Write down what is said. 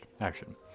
action